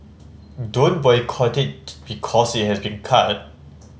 don't boycott it because it has been cut